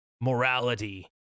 morality